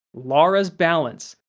laura's balance.